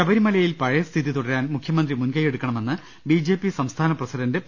ശബരിമലയിൽ പഴയസ്ഥിതി തുടരാൻ മുഖ്യമന്ത്രി മുൻകൈ എടു ക്കണമെന്ന് ബിജെപി സംസ്ഥാന പ്രസിഡന്റ് പി